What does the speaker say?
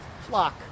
flock